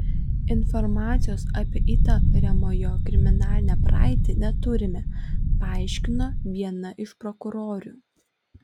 informacijos apie įtariamojo kriminalinę praeitį neturime paaiškino viena iš prokurorių